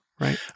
right